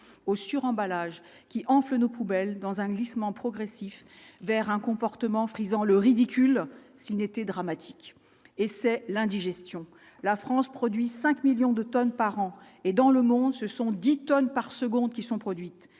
au suremballage qui enfle nos poubelles dans un glissement progressif vers un comportement frisant le ridicule, s'il n'était dramatique et c'est l'indigestion, la France produit 5 millions de tonnes par an, et dans le monde, ce sont 10 tonnes par seconde qui sont produites